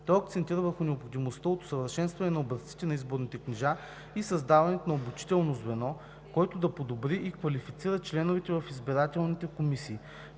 Той акцентира върху необходимостта от усъвършенстване на образците на изборните книжа и създаването на обучително звено, което да подобри и квалифицира членовете в избирателните комисии.